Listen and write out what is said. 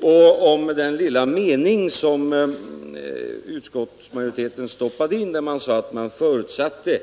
Och om den lilla mening som utskottsmajoriteten stoppade in, där man sade att man förutsatte